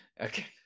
okay